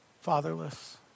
fatherless